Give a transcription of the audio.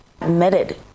Admitted